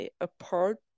apart